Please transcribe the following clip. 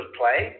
play